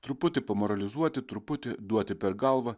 truputį pamoralizuoti truputį duoti per galvą